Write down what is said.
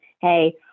Hey